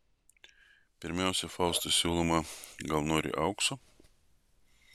pirmiausia faustui siūloma gal nori aukso